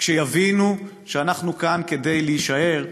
כשיבינו שאנחנו כאן כדי להישאר,